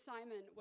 Simon